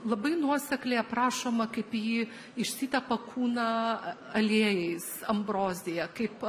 labai nuosekliai aprašoma kaip ji išsitepa kūną a aliejais ambrozija kaip